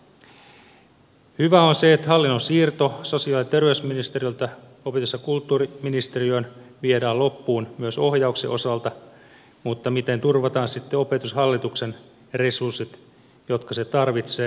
hyvää on se että hallinnon siirto sosiaali ja terveysministeriöltä opetus ja kulttuuriministeriöön viedään loppuun myös ohjauksen osalta mutta miten turvataan sitten opetushallituksen resurssit jotka se tarvitsee